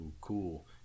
cool